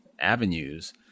avenues